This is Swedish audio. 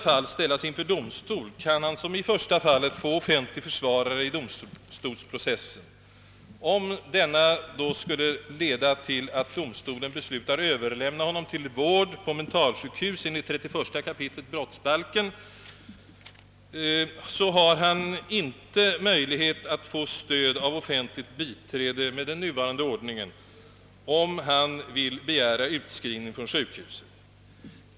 fall ställas inför domstol kan han, som i första fallet, få offentlig försvarare i domstolsprocessen. Om denna då skulle leda till att domstolen beslutar överlämna honom för vård på mentalsjukbus enligt 31 kap. brottsbalken, så har han med den nuvarande ordningen inte möjlighet att få stöd av offentligt biträde, om han vill begära utskrivning från sjukhuset.